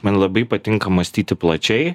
man labai patinka mąstyti plačiai